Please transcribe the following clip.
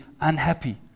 unhappy